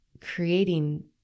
creating